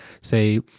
say